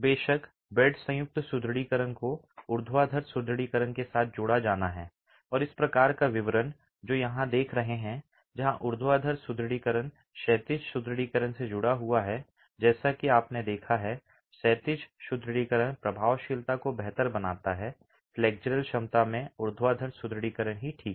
बेशक बेड संयुक्त सुदृढीकरण को ऊर्ध्वाधर सुदृढीकरण के साथ जोड़ा जाना है और इस प्रकार का विवरण जो आप यहां देख रहे हैं जहां ऊर्ध्वाधर सुदृढीकरण क्षैतिज सुदृढीकरण से जुड़ा हुआ है जैसा कि आपने देखा है क्षैतिज सुदृढीकरण प्रभावशीलता को बेहतर बनाता है flexural क्षमता में ऊर्ध्वाधर सुदृढीकरण ही ठीक है